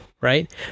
right